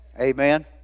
Amen